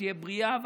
שתהיה בריאה,